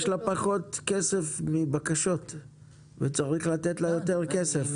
יש לה פחות כסף מבקשות וצריך לתת לה יותר כסף.